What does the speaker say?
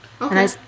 Okay